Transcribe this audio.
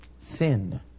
Sin